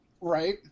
Right